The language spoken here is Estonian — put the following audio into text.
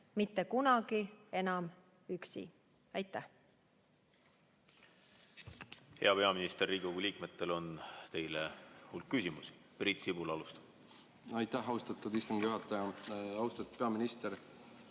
mitte kunagi enam üksi. Aitäh!